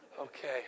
Okay